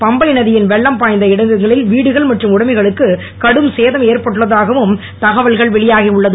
பம்பை நதியின் வெள்ளம் பாய்ந்த இடங்களில் வீடுகள் மற்றும் உடமைகளுக்கு கடும் சேதம் ஏற்பட்டுள்ளதாகவும் தகவல் வெளியாகி உள்ளது